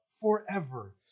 forever